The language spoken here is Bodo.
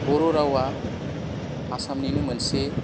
बर' रावा आसामनिनो मोनसे